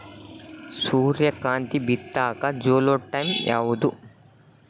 ಸೂರ್ಯಕಾಂತಿ ಬಿತ್ತಕ ಚೋಲೊ ಟೈಂ ಯಾವುದು?